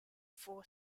four